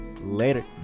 Later